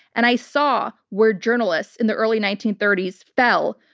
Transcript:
and i saw where journalists in the early nineteen thirty s fell,